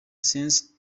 since